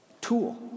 tool